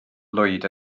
lwyd